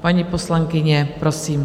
Paní poslankyně, prosím.